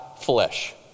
flesh